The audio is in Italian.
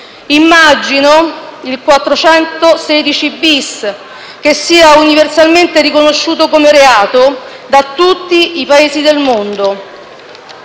Immagino il 416-*bis*, che sia universalmente riconosciuto come reato da tutti i Paesi del mondo,